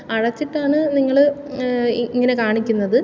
അടച്ചിട്ടാണ് നിങ്ങൾ ഇങ്ങനെ കാണിക്കുന്നത്